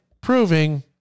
proving